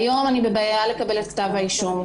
היום אני בבעיה לקבל את כתב האישום.